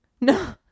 No